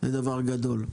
זה דבר גדול.